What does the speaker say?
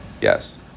Yes